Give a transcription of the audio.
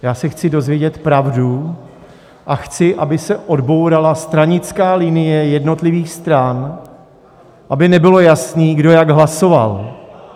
Já se chci dozvědět pravdu a chci, aby se odbourala stranická linie jednotlivých stran, aby nebylo jasné, kdo jak hlasoval.